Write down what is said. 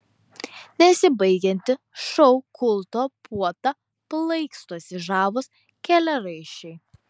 nesibaigianti šou kulto puota plaikstosi žavūs keliaraiščiai